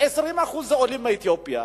20% הם עולים מאתיופיה